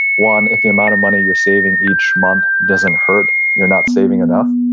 one, if the amount of money you're saving each month doesn't hurt, you're not saving enough.